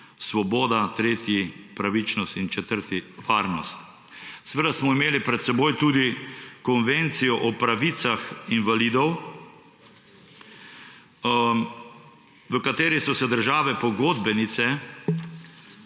svoboda, tretji pravičnost in četrti varnost. Seveda smo imeli pred seboj tudi Konvencijo o pravicah invalidov, v kateri so se države pogodbenice